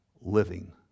living